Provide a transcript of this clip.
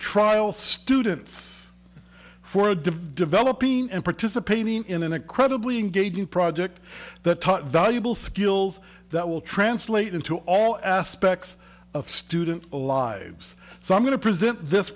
trial students for a developing and participating in an incredibly in gauging project that taught valuable skills that will translate into all aspects of student lives so i'm going to present this